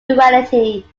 duality